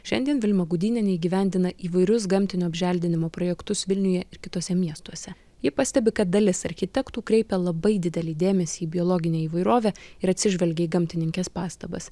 šiandien vilma gudynienė įgyvendina įvairius gamtinio apželdinimo projektus vilniuje ir kituose miestuose ji pastebi kad dalis architektų kreipia labai didelį dėmesį į biologinę įvairovę ir atsižvelgia į gamtininkės pastabas